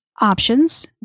options